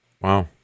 wow